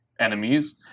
enemies